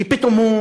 כי פתאום הוא